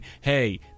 Hey